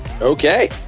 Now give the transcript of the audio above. Okay